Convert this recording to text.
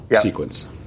sequence